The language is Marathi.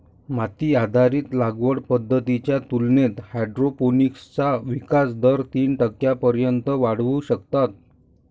माती आधारित लागवड पद्धतींच्या तुलनेत हायड्रोपोनिक्सचा विकास दर तीस टक्क्यांपर्यंत वाढवू शकतात